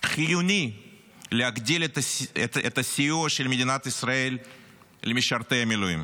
חיוני להגדיל את הסיוע של מדינת ישראל למשרתי המילואים.